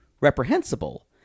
reprehensible